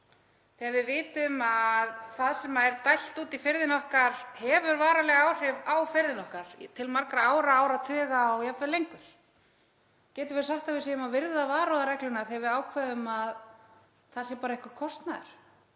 þegar við vitum að það sem er dælt út í firðina okkar hefur varanleg áhrif á firðina til margra ára, áratuga og jafnvel lengur? Getum við sagt að við séum að virða varúðarregluna þegar við ákváðum að það sé bara einhver kostnaður?